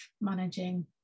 managing